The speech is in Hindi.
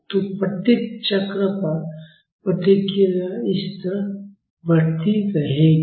तो प्रत्येक चक्र पर प्रतिक्रियाएं इसी तरह बढ़ती रहेंगी